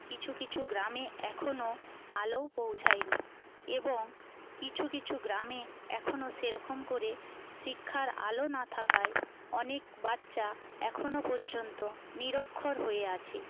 কিছু কিছু গ্রামে এখনও আলোও পৌঁছায়নি এবং কিছু কিছু গ্রামে এখনও সেরকম করে শিক্ষার আলো না থাকায় অনেক বাচ্চা এখনও পর্যন্ত নিরক্ষর হয়ে আছে